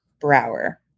Brower